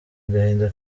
agahinda